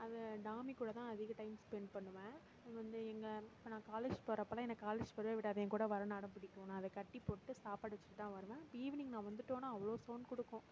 அந்த டாமி கூட தான் அதிக டைம் ஸ்பென்ட் பண்ணுவேன் அது வந்து எங்கே இப்போ நான் காலேஜ் போகிறப்பெல்லாம் என்னை காலேஜ் போகவே விடாது என் கூட வரனுன்னு அடம் பிடிக்கும் நான் அதை கட்டி போட்டு சாப்பாடு வச்சுட்டு தான் வருவேன் ஈவினிங் நான் வந்துட்டோனா அவ்வளோ சவுண்ட் கொடுக்கும்